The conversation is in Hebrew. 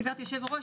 גב' היו"ר,